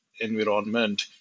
environment